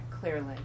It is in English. clearly